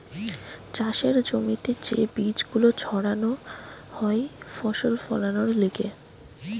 চাষের জমিতে যে বীজ গুলো ছাড়ানো হয় ফসল ফোলানোর লিগে